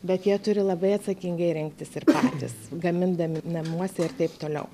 bet jie turi labai atsakingai rinktis ir patys gamindami namuose ir taip toliau